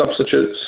substitutes